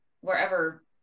wherever